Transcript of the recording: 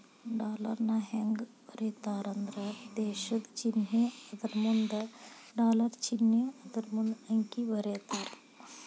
ಡಾಲರ್ನ ಹೆಂಗ ಬರೇತಾರಂದ್ರ ದೇಶದ್ ಚಿನ್ನೆ ಅದರಮುಂದ ಡಾಲರ್ ಚಿನ್ನೆ ಅದರಮುಂದ ಅಂಕಿ ಬರೇತಾರ